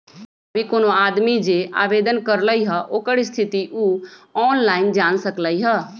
अभी कोनो आदमी जे आवेदन करलई ह ओकर स्थिति उ ऑनलाइन जान सकलई ह